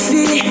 See